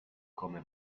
come